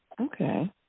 okay